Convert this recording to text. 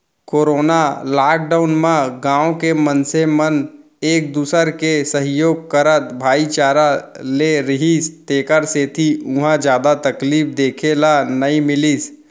corona lockdown म गाँव के मनसे मन एक दूसर के सहयोग करत भाईचारा ले रिहिस तेखर सेती उहाँ जादा तकलीफ देखे ल नइ मिलिस